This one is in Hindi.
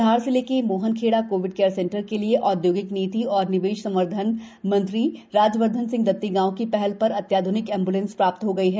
धार जिले के मोहनखेड़ा कोविड केयर सेंटर के लिए औदयोगिक नीति और निवेश संवर्धन मंत्री राजवर्धन सिंह दत्तीगांव की हल र अत्याध्निक एंब्लेंस प्राप्त हो गयी है